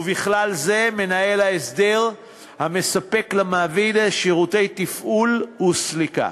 ובכלל זה מנהל ההסדר המספק למעביד שירותי תפעול וסליקה.